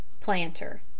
Planter